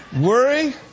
Worry